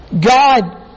God